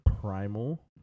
Primal